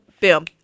boom